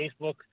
Facebook